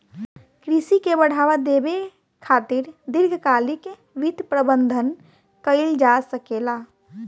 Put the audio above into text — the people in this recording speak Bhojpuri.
कृषि के बढ़ावा देबे खातिर दीर्घकालिक वित्त प्रबंधन कइल जा सकेला